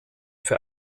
für